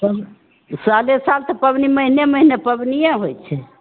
तब साले साल तऽ पाबनि महिने महिने पाबनिये होइ छै